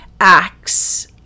acts